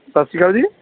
ਸਤਿ ਸ਼੍ਰੀ ਅਕਾਲ ਜੀ